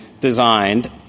designed